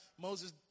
Moses